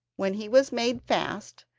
when he was made fast,